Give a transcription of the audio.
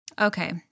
Okay